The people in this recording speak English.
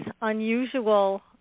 unusual